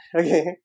okay